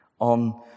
on